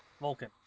vulcan